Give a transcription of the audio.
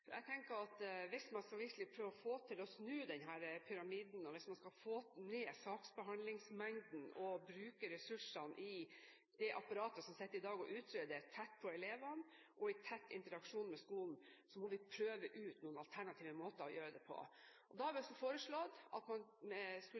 hvis man skal få ned saksbehandlingsmengden og bruke ressursene i det apparatet som i dag sitter og utreder tett på elevene og i tett interaksjon med skolen, så må vi prøve ut noen alternative måter å gjøre det på. Da har vi